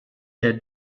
der